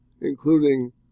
including